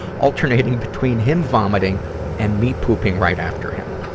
alternating between him vomiting and me pooping right after him.